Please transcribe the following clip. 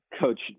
coach